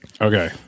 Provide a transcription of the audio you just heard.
Okay